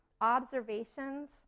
observations